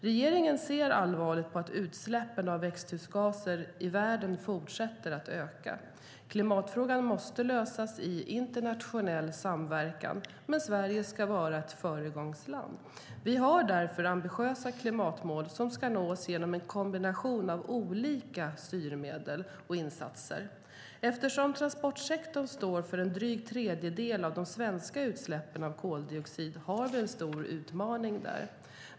Regeringen ser allvarligt på att utsläppen av växthusgaser i världen fortsätter att öka. Klimatfrågan måste lösas i internationell samverkan, men Sverige ska vara ett föregångsland. Vi har därför ambitiösa klimatmål som ska nås genom en kombination av olika styrmedel och insatser. Eftersom transportsektorn står för drygt en tredjedel av de svenska utsläppen av koldioxid har vi en stor utmaning där.